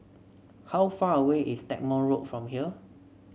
how far away is Stagmont Road from here